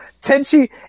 Tenchi